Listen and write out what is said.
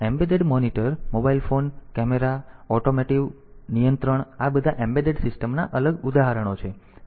તેથી embedded monitor mobile phone camera automotive નિયંત્રણ આ બધા એમ્બેડેડ સિસ્ટમના અલગ ઉદાહરણો છે